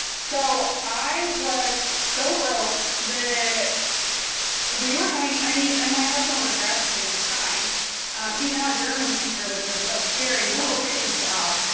so i was so broke that we were having i mean and my husband was a grad student at the time he's now a german teacher was this a very well paid job.